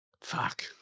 Fuck